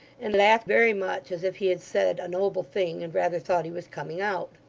and laughed very much, as if he had said a noble thing, and rather thought he was coming out.